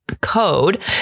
code